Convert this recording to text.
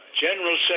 General